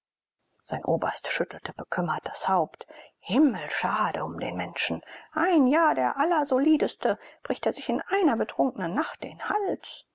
sein oberst schüttelte bekümmert das haupt himmelschade um den menschen ein jahr der allersolideste bricht er sich in einer betrunkenen nacht den hals